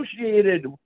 associated